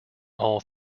all